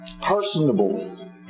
personable